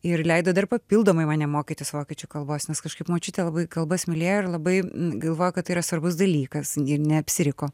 ir leido dar papildomai mane mokytis vokiečių kalbos nes kažkaip močiutė labai kalbas mylėjo ir labai galvojo kad tai yra svarbus dalykas neapsiriko